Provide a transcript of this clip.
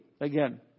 again